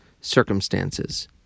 circumstances